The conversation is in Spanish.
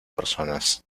personas